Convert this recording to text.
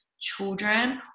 children